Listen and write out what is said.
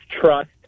trust